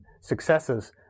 successes